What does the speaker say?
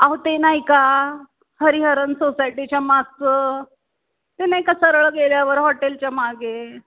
आहो ते नाही का हरीहरन सोसायटीच्या मागचं ते नाही का सरळ गेल्यावर हॉटेलच्या मागे